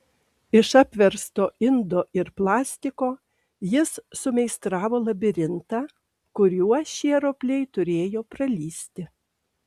iš apversto indo ir plastiko jis sumeistravo labirintą kuriuo šie ropliai turėjo pralįsti